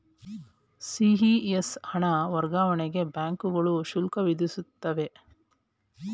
CES ಹಣ ವರ್ಗಾವಣೆಗೆ ಬ್ಯಾಂಕುಗಳು ಶುಲ್ಕ ವಿಧಿಸುತ್ತವೆ